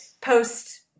post